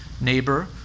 neighbor